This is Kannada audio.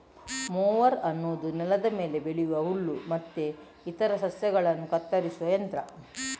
ಮೋವರ್ ಅನ್ನುದು ನೆಲದ ಮೇಲೆ ಬೆಳೆಯುವ ಹುಲ್ಲು ಮತ್ತೆ ಇತರ ಸಸ್ಯಗಳನ್ನ ಕತ್ತರಿಸುವ ಯಂತ್ರ